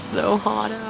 so hot